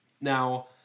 now